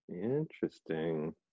Interesting